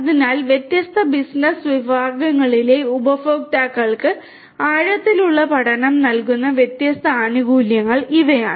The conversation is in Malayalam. അതിനാൽ വ്യത്യസ്ത ബിസിനസ്സ് വിഭാഗങ്ങളിലെ ഉപഭോക്താക്കൾക്ക് ആഴത്തിലുള്ള പഠനം നൽകുന്ന വ്യത്യസ്ത ആനുകൂല്യങ്ങൾ ഇവയാണ്